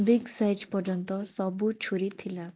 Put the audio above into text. big size ପର୍ଯ୍ୟନ୍ତ ସବୁ ଛୁରୀ ଥିଲା